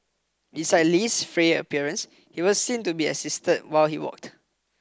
besides Li's frail appearance he was seen to be assisted while he walked